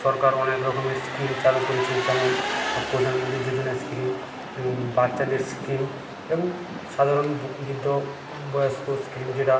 সরকার অনেক রকমের স্কিম চালু করেছে যেমন প্রধান মন্ত্রী যোজনা স্কিম বাচ্চাদের স্কিম এবং সাধারণ বৃদ্ধ বয়স্ক স্কিম যেটা